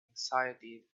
anxiety